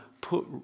put